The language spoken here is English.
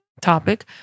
topic